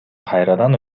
кайрадан